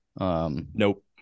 Nope